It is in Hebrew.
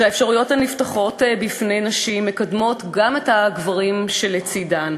שהאפשרויות הנפתחות לפני נשים מקדמות גם את הגברים שלצדן,